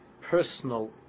personal